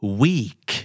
weak